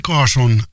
Carson